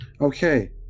Okay